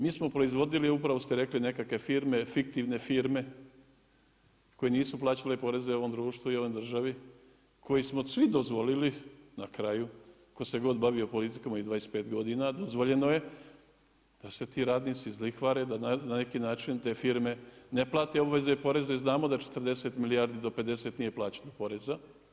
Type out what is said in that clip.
Mi smo proizvodili, upravo ste rekli nekakve firme, fiktivne firme koje nisu plaćale poreze ovom društvu i ovoj državi, koje smo svi dozvolili, na kraju, tko se god bavio politikom ovih 25 godina dozvoljeno je da se ti radnici izlihvare i da na neki način te firme ne plate obveze i poreze i znamo da 40 milijardi do 50 nije plaćeno poreza.